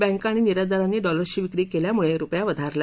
बँका अणि निर्यातदारांनी डालर्सची विक्री केल्यामुळे रुपया वधारला